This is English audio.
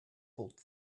pulled